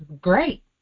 great